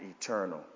eternal